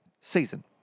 season